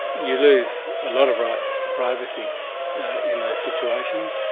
you lose a lot of rights to privacy in those situations,